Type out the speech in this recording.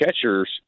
catchers